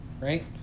right